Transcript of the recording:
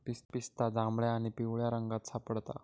पिस्ता जांभळ्या आणि पिवळ्या रंगात सापडता